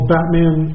Batman